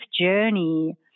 journey